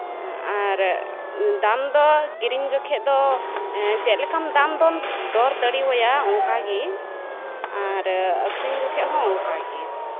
ᱟᱨ ᱫᱟᱢ ᱫᱚ ᱠᱤᱨᱤᱧ ᱡᱚᱠᱷᱮᱡ ᱫᱚ ᱪᱮᱫ ᱞᱮᱠᱟᱢ ᱫᱟᱢ ᱫᱚᱨ ᱫᱟᱲᱮᱣᱟᱭᱟ ᱚᱱᱠᱟᱜᱮ ᱟᱨ ᱟᱹᱠᱷᱨᱤᱧ ᱡᱚᱠᱷᱮᱡ ᱦᱚᱸ ᱚᱱᱠᱟ ᱜᱮ